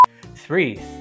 three